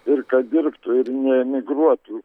ir kad dirbtų ir neemigruotų